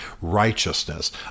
righteousness